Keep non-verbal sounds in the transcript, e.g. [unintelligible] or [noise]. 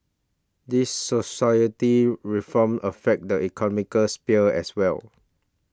these society reforms affect the [unintelligible] sphere as well